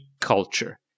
culture